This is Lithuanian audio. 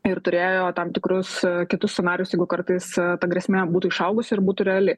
ir turėjo tam tikrus kitus scenarijus jeigu kartais ta grėsmė būtų išaugusi ir būtų reali